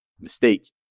mistake